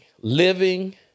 living